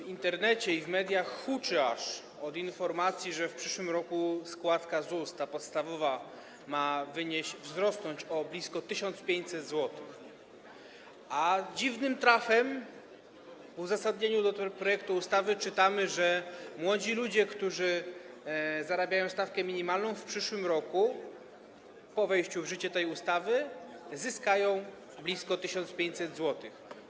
W Internecie i w mediach aż huczy od informacji, że w przyszłym roku podstawowa składka ZUS ma wzrosnąć o blisko 1500 zł, a dziwnym trafem w uzasadnieniu projektu ustawy czytamy, że młodzi ludzie, którzy zarabiają stawkę minimalną, w przyszłym roku po wejściu w życie tej ustawy zyskają blisko 1500 zł.